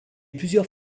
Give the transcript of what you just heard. plusieurs